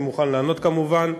אני מוכן לענות כמובן.